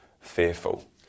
fearful